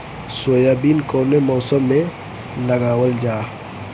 Soybean कौने मौसम में लगावल जा?